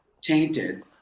tainted